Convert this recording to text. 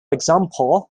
example